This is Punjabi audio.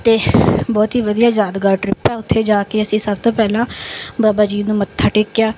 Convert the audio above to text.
ਅਤੇ ਬਹੁਤ ਹੀ ਵਧੀਆ ਯਾਦਗਾਰ ਟ੍ਰਿਪ ਹੈ ਉੱਥੇ ਜਾ ਕੇ ਅਸੀਂ ਸਭ ਤੋਂ ਪਹਿਲਾਂ ਬਾਬਾ ਜੀ ਨੂੰ ਮੱਥਾ ਟੇਕਿਆ